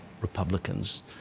Republicans